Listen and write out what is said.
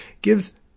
gives